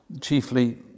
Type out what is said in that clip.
chiefly